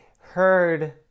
heard